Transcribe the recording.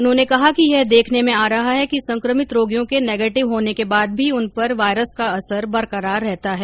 उन्होंने कहा कि यह देखने में आ रहा है कि संक्रमित रोगियों के नेगेटिव होने के बाद भी उन पर वायरस का असर बरकरार रहता है